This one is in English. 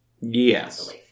Yes